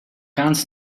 ganz